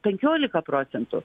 penkiolika procentų